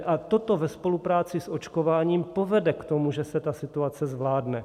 A toto ve spolupráci s očkováním povede k tomu, že se situace zvládne.